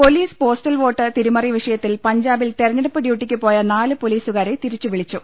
police postal vote തിരിമറി വിഷയത്തിൽ പഞ്ചാബിൽ തെരഞ്ഞെടുപ്പ് ഡ്യൂട്ടിക്കുപോയ നാല് പൊലീസുകാരെ തിരിച്ചു വിളിച്ചു